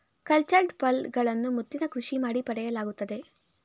cultured pearls ಗಳನ್ನು ಮುತ್ತಿನ ಕೃಷಿ ಮಾಡಿ ಪಡೆಯಲಾಗುತ್ತದೆ